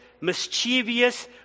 mischievous